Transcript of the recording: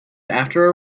after